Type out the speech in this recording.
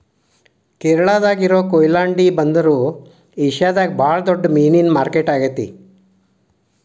ಕೇರಳಾದಾಗ ಇರೋ ಕೊಯಿಲಾಂಡಿ ಬಂದರು ಏಷ್ಯಾದಾಗ ಬಾಳ ದೊಡ್ಡ ಮೇನಿನ ಮಾರ್ಕೆಟ್ ಆಗೇತಿ